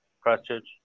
Christchurch